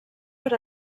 per